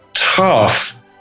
Tough